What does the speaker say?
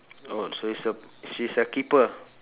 orh so it's a she's a keeper